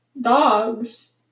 dogs